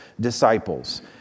disciples